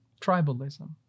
Tribalism